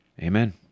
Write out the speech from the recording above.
Amen